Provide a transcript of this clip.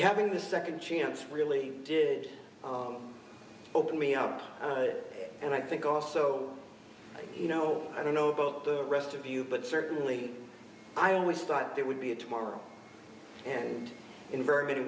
having this second chance really did open me up and i think also you know i don't know about the rest of you but certainly i always thought it would be a tomorrow and in very many